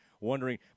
wondering